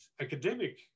academic